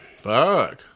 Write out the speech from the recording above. Fuck